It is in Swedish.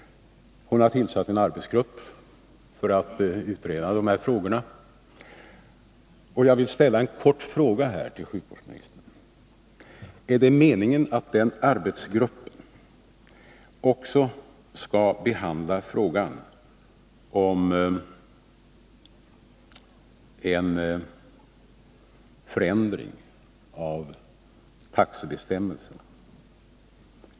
Hon har tillsatt en arbetsgrupp för att utreda dessa frågor. Jag vill ställa två korta frågor till sjukvårdsministern: Är det meningen att denna arbetsgrupp också skall behandla frågan om en förändring av taxebestämmelserna?